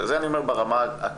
זה אני אומר ברמה הכללית.